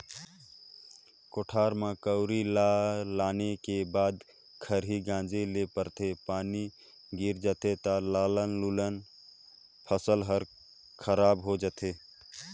कोठार में कंवरी ल लाने के बाद खरही गांजे ले परथे, पानी गिर जाथे त लानल लुनल फसल हर खराब हो जाथे